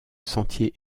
sentier